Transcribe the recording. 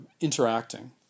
interacting